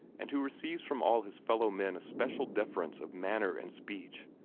and who receives from all his fellow-men a special deference of manner and speech,